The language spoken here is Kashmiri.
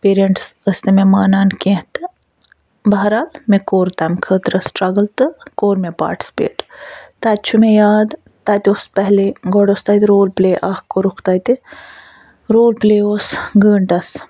پیریٚنٹٕس ٲسۍ نہٕ مےٚ مانان کیٚنٛہہ تہٕ بحرحال مےٚ کوٚر تَمہِ خٲطرٕ سِٹرَگٕل تہٕ کوٚر مےٚ پارٹِسِپیٹ تَتہِ چھُ مےٚ یاد تَتہِ اوس پہلے گۄڈٕ اوس تَتہِ رول پٕلے اَکھ کوٚرُکھ تَتہِ رول پٕلے اوس گھٲنٹَس